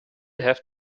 have